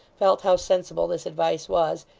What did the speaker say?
felt how sensible this advice was,